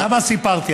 למה סיפרתי?